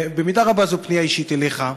במידה רבה זו פנייה אישית אליך.